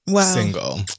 single